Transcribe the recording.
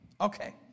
Okay